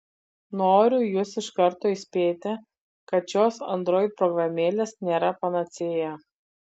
noriu jus iš karto įspėti kad šios android programėlės nėra panacėja